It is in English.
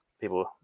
people